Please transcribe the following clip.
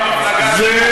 זה,